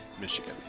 Michigan